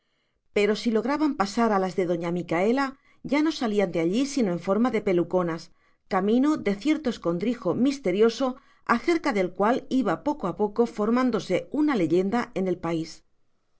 pero si lograban pasar a las de doña micaela ya no salían de allí sino en forma de peluconas camino de cierto escondrijo misterioso acerca del cual iba poco a poco formándose una leyenda en el país